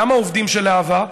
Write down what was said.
גם העובדים של להב"ה,